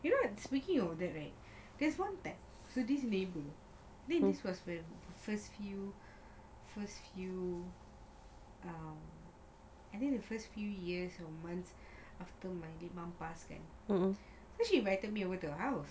you know speaking of that right there's one tag so this lady this was when the first few first few I think the first few years of month after my mum passed then she invited me over to her house